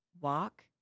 walk